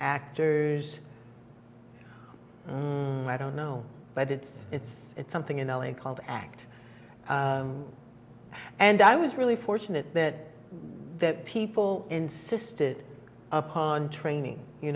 actors i don't know but it's it's it's something in l a called act and i was really fortunate that that people insisted upon training you